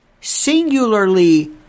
singularly